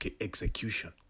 execution